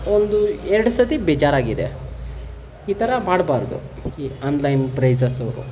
ಒಂದು ಎರಡು ಸತಿ ಬೇಜಾರಾಗಿದೆ ಈ ಥರ ಮಾಡ್ಬಾರ್ದು ಈ ಆನ್ಲೈನ್ ಪ್ರೈಸಸು